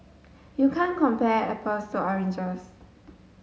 you can't compare apples to oranges